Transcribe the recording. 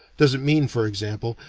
does it mean, for example,